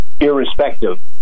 irrespective